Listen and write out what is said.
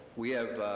we have,